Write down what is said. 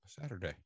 Saturday